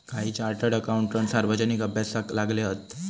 काही chartered accountant सार्वजनिक अभ्यासाक लागले हत